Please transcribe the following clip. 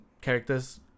characters